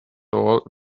all